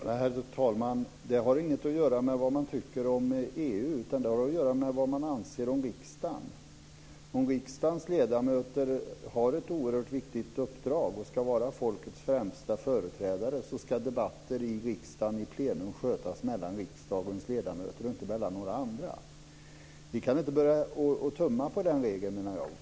Herr talman! Det har inget att göra med vad man tycker om EU, utan det har att göra med vad man anser om riksdagen. Om riksdagens ledamöter har ett oerhört viktigt uppdrag och ska vara folkets främsta företrädare så ska debatter i riksdagen i plenum skötas mellan riksdagens ledamöter och inte mellan några andra. Jag menar att vi inte kan börja tumma på den regeln.